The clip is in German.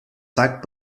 zeigt